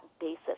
basis